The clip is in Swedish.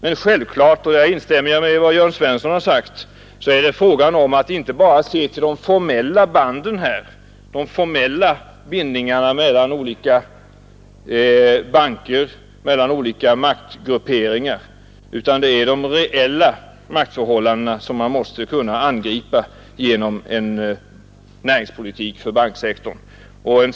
Men självklart är det — här instämmer jag i vad herr Jörn Svensson har sagt — fråga om att inte bara se till de formella bindningarna mellan olika banker och maktgrupperingar; det är de reella maktförhållandena som måste kunna angripas genom en näringspolitik för banksektorn.